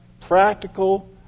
practical